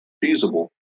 feasible